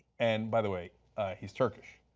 and by the way he is turkish.